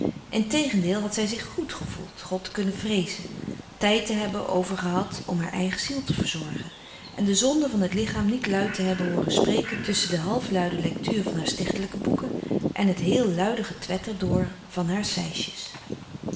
integendeel had zij zich goèd gevoeld god te kunnen vreezen tijd te hebben over gehad om haar eigen ziel te verzorgen en de zonde van het lichaam niet luid te hebben hooren spreken tusschen de halfluide lectuur van haar stichtelijke boeken en het heel luide getwetter door van haar